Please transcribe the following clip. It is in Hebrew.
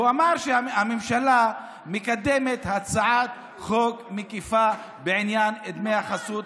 הוא אמר שהממשלה מקדמת הצעת חוק מקיפה בעניין דמי החסות,